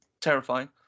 terrifying